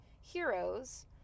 heroes